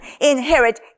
inherit